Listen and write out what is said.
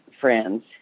friends